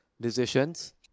decisions